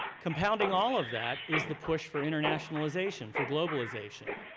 compounding all of that is the push for internationalization, for globalization.